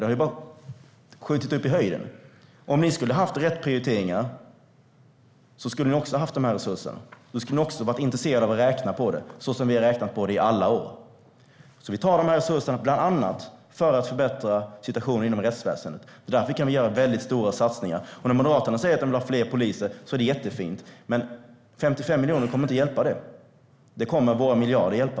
De har ju bara skjutit i höjden. Om ni hade haft rätt prioriteringar skulle ni också ha haft de här resurserna. Då skulle ni också ha varit intresserade av att räkna på det så som vi har räknat på det i alla år. Vi tar de här resurserna bland annat för att förbättra situationen inom rättsväsendet. Därför kan vi göra väldigt stora satsningar. När Moderaterna säger att de vill ha fler poliser är det jättefint, men 55 miljoner kommer inte att hjälpa det. Det kommer våra miljarder att göra.